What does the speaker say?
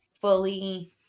fully